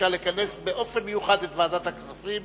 ביקשה לכנס באופן מיוחד את ועדת הכספים